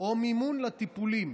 או מימון לטיפולים.